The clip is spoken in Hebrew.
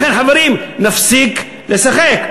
לכן, חברים, נפסיק לשחק.